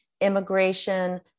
Immigration